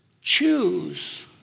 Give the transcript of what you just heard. choose